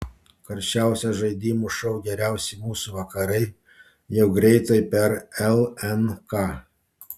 karščiausias žaidimų šou geriausi mūsų vakarai jau greitai per lnk